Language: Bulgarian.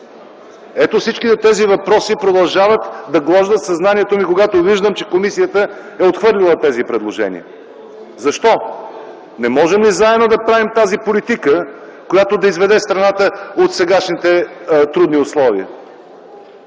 Ето всички тези въпроси продължават да глождят съзнанието ми, когато виждам, че комисията е отхвърлила тези предложения. Защо? Не можем ли заедно да правим тази политика, която да изведе страната от сегашните трудни условия?